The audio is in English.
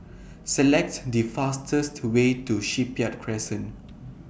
Select The fastest Way to Shipyard Crescent